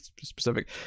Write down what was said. specific